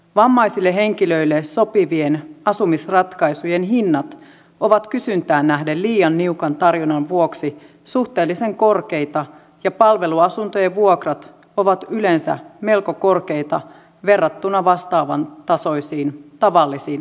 vammaisille henkilöille sopivien asumisratkaisujen hinnat ovat kysyntään nähden liian niukan tarjonnan vuoksi suhteellisen korkeita ja palveluasuntojen vuokrat ovat yleensä melko korkeita verrattuna vastaavan tasoisiin tavallisiin asuntoihin